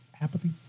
apathy